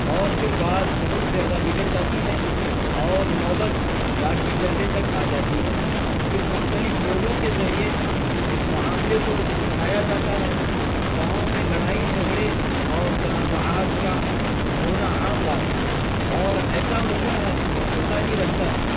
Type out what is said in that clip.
اور پھر بات بہت زیادہ بگڑ جاتی ہے اور نوبت لاٹھی ڈنڈے تک آ جاتی ہے پھر مختلف لوگوں کے ذریعے اس معاملے کو سلجھایا جاتا ہے گاؤں میں لڑائی جھگڑے اور تنازعات کا ہونا عام بات ہے اور ایسا ہوتا ہے ہوتا ہی رہتا ہے